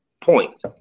point